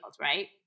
right